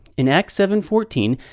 in acts seven fourteen,